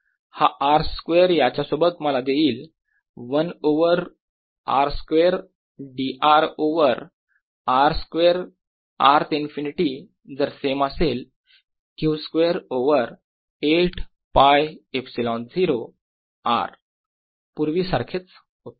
हा r square याच्यासोबत मला देईल 1 over r square dr over r square r ते इन्फिनिटी जर सेम असेल Q स्क्वेअर ओवर 8 ㄫ ε0 R - पूर्वी सारखेच उत्तर